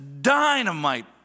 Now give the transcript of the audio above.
dynamite